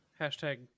Hashtag